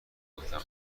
گفتم